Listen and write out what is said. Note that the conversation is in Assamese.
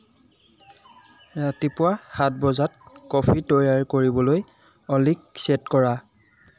ৰাতিপুৱা সাত বজাত কফি তৈয়াৰ কৰিবলৈ অ'লিক ছেট কৰা